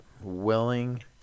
willing